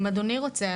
אם אדוני רוצה,